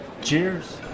Cheers